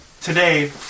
today